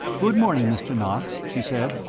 good morning, mr. knox, she said.